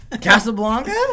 Casablanca